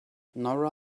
nora